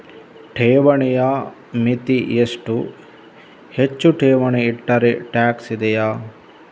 ಠೇವಣಿಯ ಮಿತಿ ಎಷ್ಟು, ಹೆಚ್ಚು ಠೇವಣಿ ಇಟ್ಟರೆ ಟ್ಯಾಕ್ಸ್ ಇದೆಯಾ?